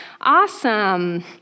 Awesome